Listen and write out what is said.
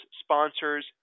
sponsors